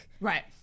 right